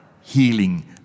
healing